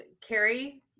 Carrie